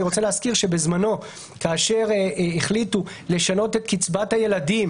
אני רוצה להזכיר שבזמנו כאשר החליטו לשנות את קצבת הילדים